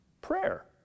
prayer